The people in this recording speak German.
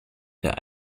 der